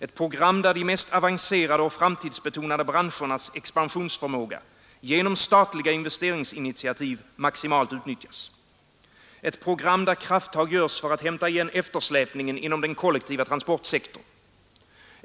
Ett program där de mest avancerade och framtidsbetonade branschernas expansionsförmåga genom statliga investeringsinitiativ maximalt utnyttjas. Ett program där krafttag tas för att hämta igen eftersläpningen inom den kollektiva transportsektorn.